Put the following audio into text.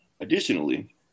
Additionally